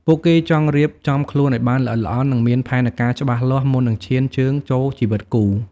ពួកគេចង់រៀបចំខ្លួនឱ្យបានល្អិតល្អន់ និងមានផែនការច្បាស់លាស់មុននឹងឈានជើងចូលជីវិតគូ។